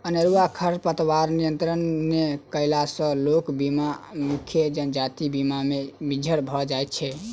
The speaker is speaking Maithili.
अनेरूआ खरपातक नियंत्रण नै कयला सॅ ओकर बीया मुख्य जजातिक बीया मे मिज्झर भ जाइत छै